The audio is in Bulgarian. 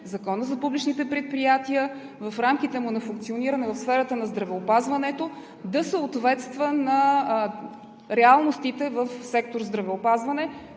Законът за публичните предприятия в рамките му на функциониране в сферата на здравеопазването да съответства на реалностите в сектор „Здравеопазване“.